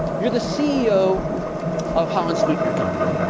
you're the ceo of holland sweetener company.